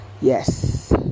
yes